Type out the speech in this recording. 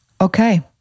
okay